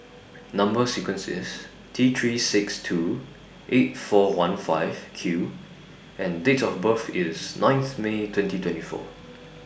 Number sequence IS T three six two eight four one five Q and Date of birth IS ninth May twenty twenty four